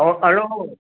ઓ hello